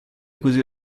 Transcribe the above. così